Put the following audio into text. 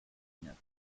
nothing